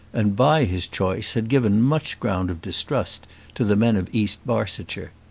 and by his choice had given much ground of distrust to the men of east barsetshire.